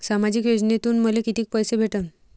सामाजिक योजनेतून मले कितीक पैसे भेटन?